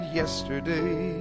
yesterday